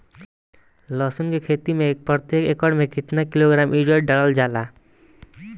लहसुन के खेती में प्रतेक एकड़ में केतना किलोग्राम यूरिया डालल जाला?